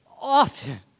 often